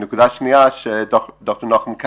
נקודה שנייה שד"ר נחום,